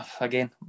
Again